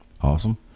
awesome